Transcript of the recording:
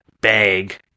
bag